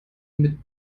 mit